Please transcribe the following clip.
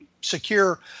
secure